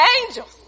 angels